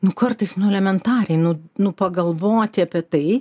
nu kartais nu elementariai nu nu pagalvoti apie tai